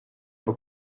who